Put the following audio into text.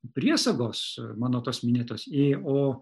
priesagos mano tas minėtas ė o